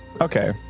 Okay